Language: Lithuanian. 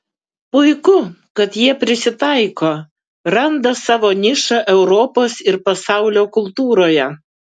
puiku kad jie prisitaiko randa savo nišą europos ir pasaulio kultūroje